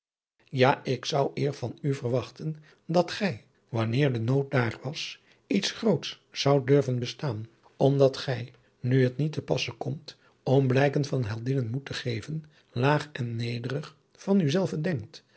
ja ik zou eer van u verwachten dat gij wanneer de nood daar was iets groots zoudt durven bestaan omdat gij nu het niet te passe komt om blijken van heldinnen moed te geven laag en nederig van u zelve denkt